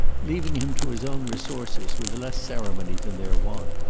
leaving him to his own resources with less ceremony than their wont,